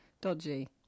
dodgy